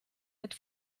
mit